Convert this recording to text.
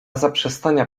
zaprzestania